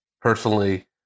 personally